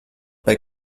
bei